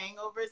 hangovers